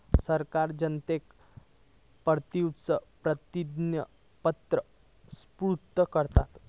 सरकार जनतेक परताव्याचा प्रतिज्ञापत्र सुपूर्द करता